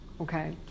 okay